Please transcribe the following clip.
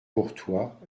courtois